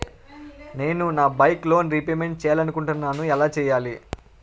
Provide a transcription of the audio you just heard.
నేను నా bike loan repayment చేయాలనుకుంటున్నా ఎలా చేయాలి?